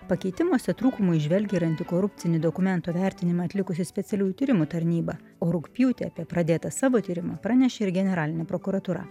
pakeitimuose trūkumų įžvelgia ir antikorupcinį dokumentų vertinimą atlikusi specialiųjų tyrimų tarnyba o rugpjūtį apie pradėtą savo tyrimą pranešė ir generalinė prokuratūra